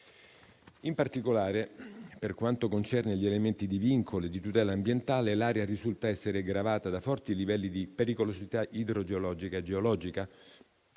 In particolare, per quanto concerne gli elementi di vincolo e di tutela ambientale, l'area risulta essere gravata da forti livelli di pericolosità idrogeologica e geologica,